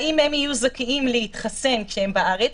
האם הם יהיו זכאים להתחסן כשהם בארץ,